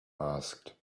asked